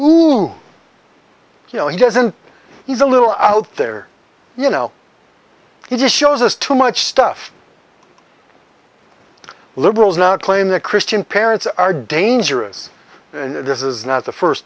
who you know he doesn't he's a little out there you know he just shows us too much stuff liberals now claim that christian parents are dangerous and this is not the first